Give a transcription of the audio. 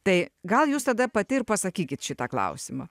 tai gal jūs tada pati ir pasakykit šitą klausimą